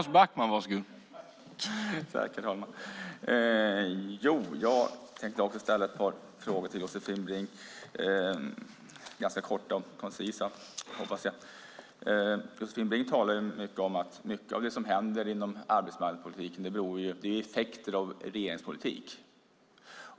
Herr talman! Jag tänkte också ställa ett par frågor till Josefin Brink, ganska korta och koncisa hoppas jag. Josefin Brink talar mycket om att en hel del av det som händer inom arbetsmarknadspolitiken är effekter av regeringens politik.